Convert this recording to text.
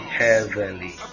heavenly